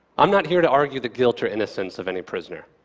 i'm not here to argue the guilt or innocence of any prisoner.